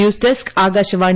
news desk Akashvani